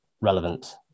relevant